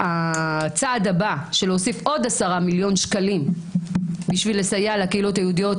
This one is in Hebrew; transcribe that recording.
הצעד הבא של הוספת עוד 10 מיליון שקלים בשביל לסייע לקהילות היהודיות,